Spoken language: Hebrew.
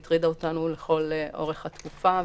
והטרידה אותנו לכל אורך התקופה,